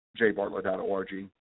jbartlett.org